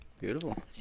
Beautiful